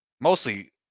mostly